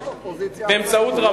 אתה מגן על,